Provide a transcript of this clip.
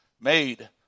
made